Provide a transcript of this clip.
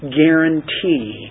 guarantee